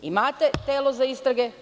Imate telo za istrage.